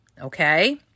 okay